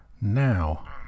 now